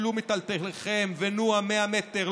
טלו מיטלטליכם ונועו 100 מטר,